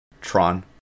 Tron